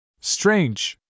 Strange